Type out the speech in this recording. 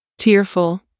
Tearful